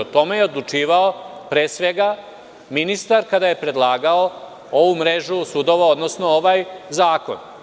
O tome je odlučivao pre svega ministar kada je predlagao ovu mrežu sudova, odnosno ovaj zakon.